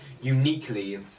uniquely